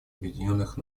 объединенных